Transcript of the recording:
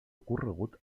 corregut